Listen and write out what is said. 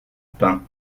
pain